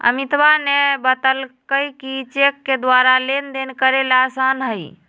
अमितवा ने बतल कई कि चेक के द्वारा लेनदेन करे ला आसान हई